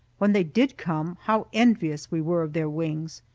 when they did come, how envious we were of their wings!